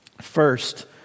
First